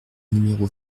numéro